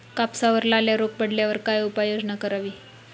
कापसावर लाल्या रोग पडल्यावर काय उपाययोजना करावी?